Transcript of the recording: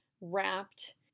wrapped